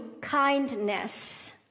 kindness